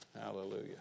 Hallelujah